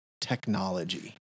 technology